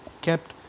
kept